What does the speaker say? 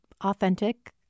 authentic